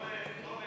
לא,